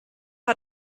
hat